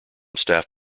staff